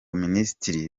minisitiri